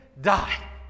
die